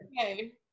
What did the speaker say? okay